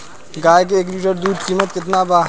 गाय के एक लीटर दूध कीमत केतना बा?